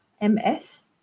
M-S-